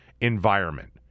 environment